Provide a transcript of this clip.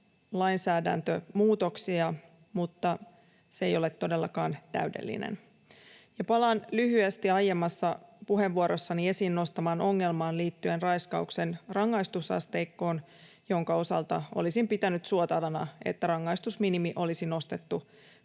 lainsäädäntömuutoksia, mutta se ei ole todellakaan täydellinen. Palaan lyhyesti aiemmassa puheenvuorossani esiin nostamaani ongelmaan liittyen raiskauksen rangaistusasteikkoon, jonka osalta olisin pitänyt suotavana, että rangaistusminimi olisi nostettu